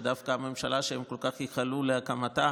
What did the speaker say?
שדווקא הממשלה שהם כל כך ייחלו להקמתה